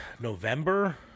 November